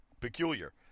peculiar